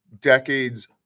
decades